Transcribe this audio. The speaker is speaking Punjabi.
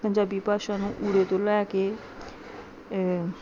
ਪੰਜਾਬੀ ਭਾਸ਼ਾ ਨੂੰ ਉੜੇ ਤੋਂ ਲੈ ਕੇ